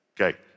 Okay